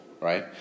right